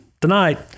tonight